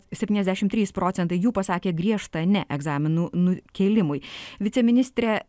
septyniasdešimt trys procentai jų pasakė griežtą ne egzaminų nukėlimui viceministre